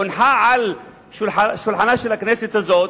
הונחה על שולחנה של הכנסת הזאת,